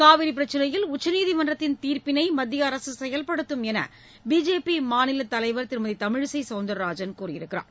காவிரி பிரச்சினையில் உச்சநீதிமன்றத்தின் தீர்ப்பினை மத்திய அரசு செயல்படுத்தும் என்று பிஜேபி மாநில தலைவர் திருமதி தமிழிசை சவுந்தரராஜன் கூறியுள்ளார்